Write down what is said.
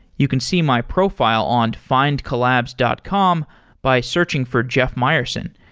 you can see my profile on findcollabs dot com by searching for jeff mayerson.